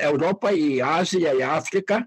europą į aziją į afriką